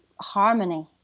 harmony